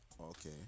okay